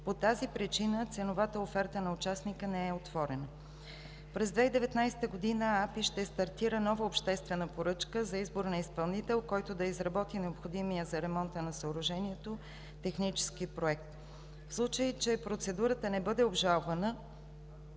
По тази причина ценовата оферта на участника не е отворена. През 2019 г. АПИ ще стартира нова обществена поръчка за избор на изпълнител, който да изработи необходимия за ремонта на съоръжението технически проект. В случай че процедурата не бъде обжалвана